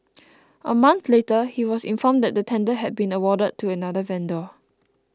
a month later he was informed that the tender had been awarded to another vendor